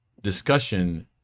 discussion